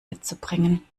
mitzubringen